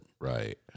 Right